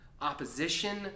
opposition